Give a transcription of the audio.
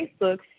Facebook